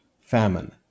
famine